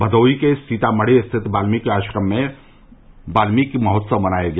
भदोही के सीतामढ़ी स्थित वाल्मीकि आश्रम में वाल्मीकि महोत्सव मनाया गया